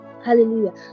Hallelujah